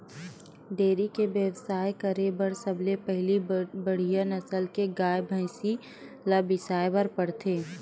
dairy के बेवसाय करे बर सबले पहिली बड़िहा नसल के गाय, भइसी ल बिसाए बर परथे